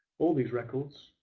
all these records